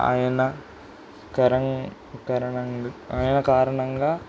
ఆయన కర కరణంగా ఆయన కారణంగా